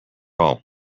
all